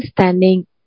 standing